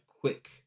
quick